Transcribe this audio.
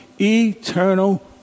eternal